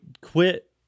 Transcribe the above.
quit